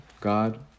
God